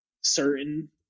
certain